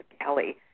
Kelly